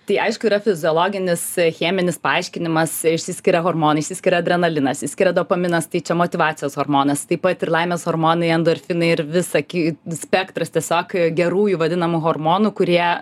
tai aišku yra fiziologinis cheminis paaiškinimas išsiskiria hormonai išsiskiria adrenalinas iskiria dopaminas tai čia motyvacijos hormonas taip pat ir laimės hormonai endorfinai ir visa ki spektras tiesiog gerųjų vadinamų hormonų kurie